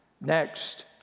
Next